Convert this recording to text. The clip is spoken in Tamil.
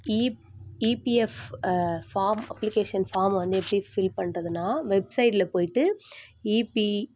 இ இபிஃஎப் ஃபார்ம் அப்ளிகேஷன் ஃபார்ம் வந்து எப்படி ஃபில் பண்றதுன்னால் வெப்சைட்டில் போயிட்டு இபி